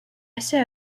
assez